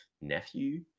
nephew